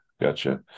gotcha